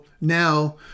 Now